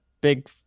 Big